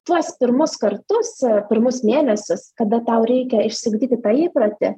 tuos pirmus kartus pirmus mėnesius kada tau reikia išsiugdyti tą įprotį